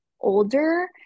older